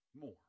more